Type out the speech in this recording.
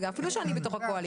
אפילו שאני בתוך הקואליציה.